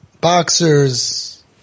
Boxers